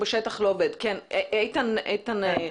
איתן, בבקשה.